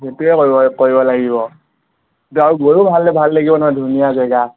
সেইটোৱে কৰিব কৰিব লাগিব আৰু গৈও ভাল ভাল লাগিব নহয় ধুনীয়া জেগা